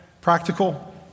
practical